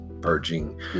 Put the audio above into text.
purging